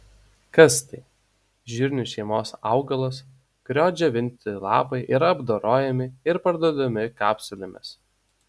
kas tai žirnių šeimos augalas kurio džiovinti lapai yra apdorojami ir parduodami kapsulėmis